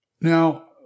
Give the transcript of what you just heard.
Now